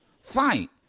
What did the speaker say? fight